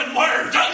words